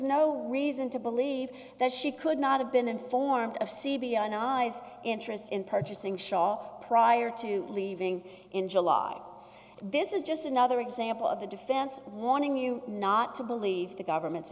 no reason to believe that she could not have been informed of c b and i's interest in purchasing shaw prior to leaving in july this is just another example of the defense wanting you not to believe the government's